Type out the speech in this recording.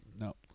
No